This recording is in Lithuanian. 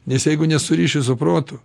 nes jeigu nesuriši su protu